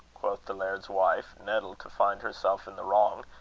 quoth the laird's wife, nettled to find herself in the wrong,